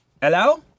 Hello